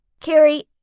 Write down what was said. Carrie